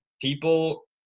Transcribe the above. people